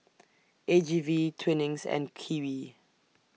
A G V Twinings and Kiwi